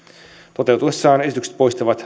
toteutuessaan esitykset poistavat